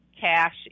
cash